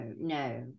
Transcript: no